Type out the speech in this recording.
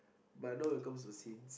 but no it come to sins